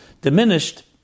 diminished